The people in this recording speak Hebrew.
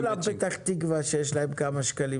לא כולן פתח תקווה שיש להן כמה שקלים.